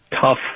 tough